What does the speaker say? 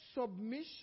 submission